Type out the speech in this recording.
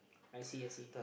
I see I see